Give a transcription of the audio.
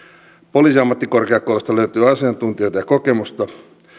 poliisiammattikorkeakoulusta löytyy asiantuntijoita ja kokemusta